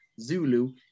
Zulu